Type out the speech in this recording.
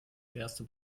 erste